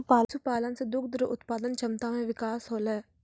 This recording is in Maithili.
पशुपालन से दुध रो उत्पादन क्षमता मे बिकास होलै